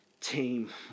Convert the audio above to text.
team